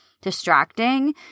distracting